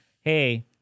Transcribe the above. hey